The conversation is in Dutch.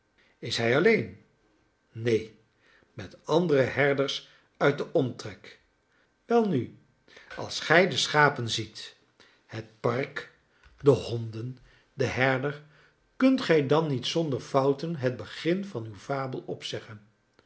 is hij alleen neen met andere herders uit den omtrek welnu als gij de schapen ziet het park de honden den herder kunt gij dan niet zonder fouten het begin van uw fabel opzeggen